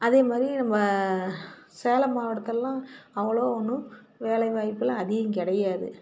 அதே மாதிரி நம்ம சேலம் மாவட்டத்திலலாம் அவ்வளோவா ஒன்றும் வேலைவாய்ப்புலாம் அதிகம் கிடையாது